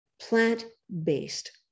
plant-based